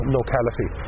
locality